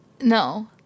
no